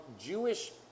Jewish